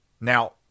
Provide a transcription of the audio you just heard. Now